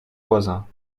voisins